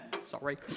sorry